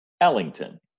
Ellington